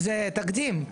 זה תקדים.